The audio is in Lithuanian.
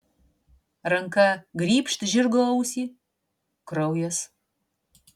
ranka grybšt žirgo ausį kraujas